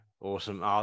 Awesome